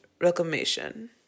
reclamation